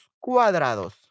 cuadrados